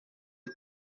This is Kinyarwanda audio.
nke